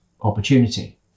opportunity